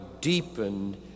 deepened